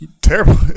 terrible –